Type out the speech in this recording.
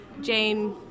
Jane